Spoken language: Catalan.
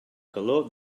calor